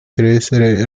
größere